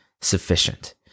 sufficient